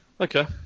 Okay